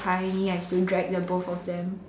tiny I still drag the both of them